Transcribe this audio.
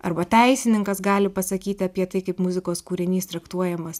arba teisininkas gali pasakyti apie tai kaip muzikos kūrinys traktuojamas